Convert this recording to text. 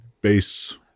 base